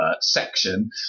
section